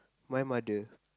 my mother